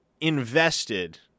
invested